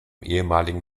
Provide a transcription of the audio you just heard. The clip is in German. ehemaligen